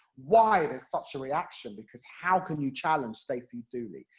why there's such a reaction, because how can you challenge stacey dooley?